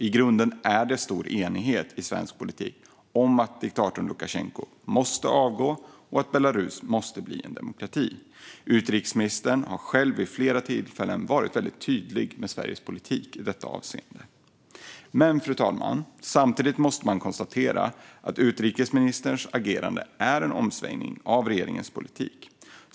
I grunden råder stor enighet i svensk politik om att diktatorn Lukasjenko måste avgå och att Belarus måste bli en demokrati. Utrikesministern har själv vid flera tillfällen varit väldigt tydlig med Sveriges politik i detta avseende. Men, fru talman, samtidigt måste man konstatera att utrikesministerns agerande vittnar om en omsvängning i regeringens politik.